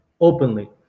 openly